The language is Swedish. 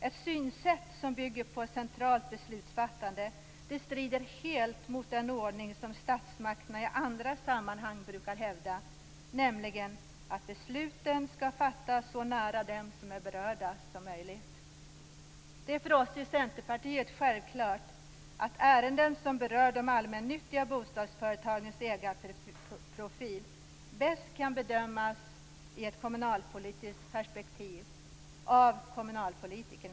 Ett synsätt som bygger på ett centralt beslutsfattande strider helt mot den ordning som statsmakterna i andra sammanhang brukar hävda, nämligen att besluten skall fattas så nära dem som är berörda som möjligt. Det är för oss i Centerpartiet självklart att ärenden som berör de allmännyttiga bostadsföretagens ägarprofil bäst kan bedömas i ett kommunalpolitiskt perspektiv av kommunpolitiker.